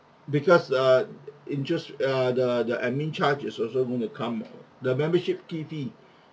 because uh interest err the the admin charge is also going to come the membership fee fee